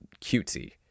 cutesy